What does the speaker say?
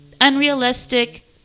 unrealistic